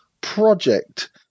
project